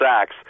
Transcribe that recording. Sachs